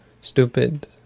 stupid